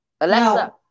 Alexa